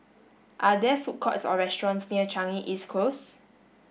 are there food courts or restaurants near Changi East Close